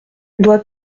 doit